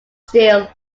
steel